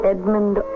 Edmund